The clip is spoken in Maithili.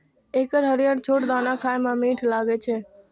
एकर हरियर छोट दाना खाए मे मीठ लागै छै